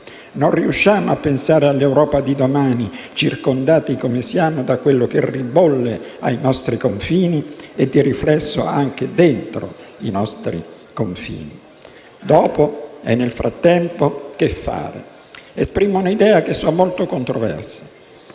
Non riusciamo a pensare all'Europa di domani, circondati come siamo da quello che ribolle ai nostri confini e di riflesso anche dentro i nostri confini. Dopo, e nel frattempo, che fare? Esprimo un'idea che so molto controversa